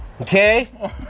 Okay